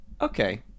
Okay